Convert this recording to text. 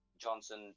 Johnson